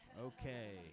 Okay